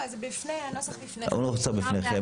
הסתייגות מספר 93, 94, 95,